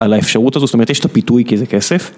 על האפשרות הזו, זאת אומרת יש את הפיתוי כאיזה כסף.